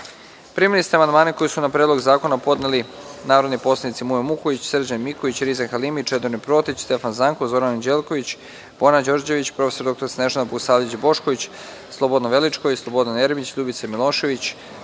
ste amandmane koje su na Predlog zakona podneli narodni poslanici: Mujo Muković, Srđan Miković, Riza Halimi, Čedomir Protić, Stefan Zankov, Zoran Anđelković, Bojana Đorđević, prof. dr Snežana Bogosavljević Bošković, Slobodan Veličković, Slobodan Jeremić, Ljubica Milošević,